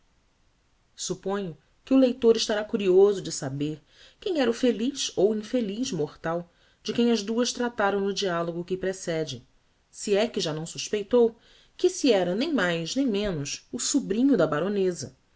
supponho que o leitor estará curioso de saber quem era o feliz ou infeliz mortal de quem as duas trataram no dialogo que precede se é que já não suspeitou que esse era nem mais nem menos o sobrinho da baroneza